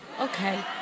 okay